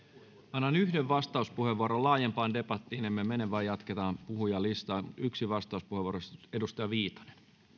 annan yhden vastauspuheenvuoron laajempaan debattiin emme mene vaan jatketaan puhujalistaan yksi vastauspuheenvuoro edustaja viitanen